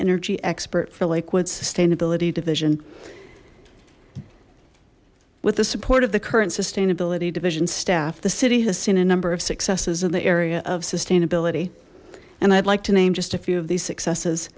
energy expert for lakewood sustainability division with the support of the current sustainability division staff the city has seen a number of successes in the area of sustainability and i'd like to name just a few of these successes